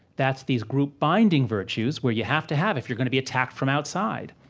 that's these group-binding virtues, where you have to have, if you're going to be attacked from outside.